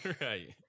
Right